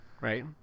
Right